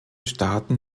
staaten